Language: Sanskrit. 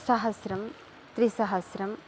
सहस्रम् त्रिसहस्रम्